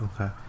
okay